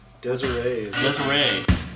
Desiree